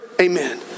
Amen